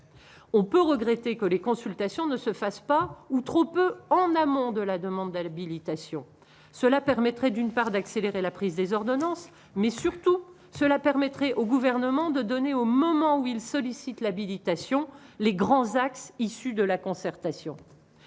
on peut regretter que les consultations ne se fasse pas ou trop peu, en amont de la demande de l'habilitation, cela permettrait d'une part, d'accélérer la prise des ordonnances, mais surtout cela permettrait au gouvernement de donner au moment où il sollicite l'habilitation, les grands axes, issu de la concertation,